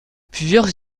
plusieurs